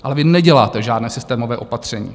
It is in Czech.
Ale vy neděláte žádné systémové opatření.